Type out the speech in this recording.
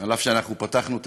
אף שפתחתנו את